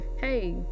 hey